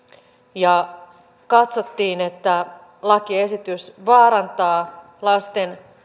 ja katsottiin että lakiesitys vaarantaa lasten